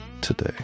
today